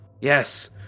Yes